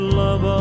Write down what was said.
love